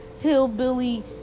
hillbilly